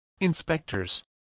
Inspectors